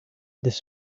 this